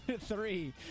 three